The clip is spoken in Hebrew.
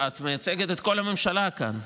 את מייצגת את כל הממשלה כאן.